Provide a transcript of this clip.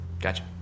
Gotcha